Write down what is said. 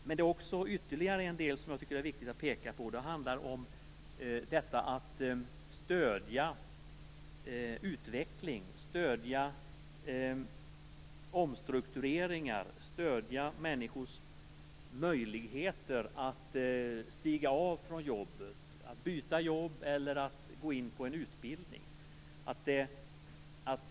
Men det finns också ytterligare en viktig del att peka på. Det handlar om att stödja utveckling, omstruktureringar, människors möjligheter att stiga av från jobbet, byta jobb eller påbörja en utbildning.